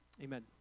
Amen